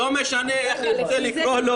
לא משנה איך תרצה לקרוא לו.